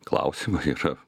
klausimai yra